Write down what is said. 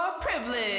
Privilege